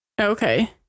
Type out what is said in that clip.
okay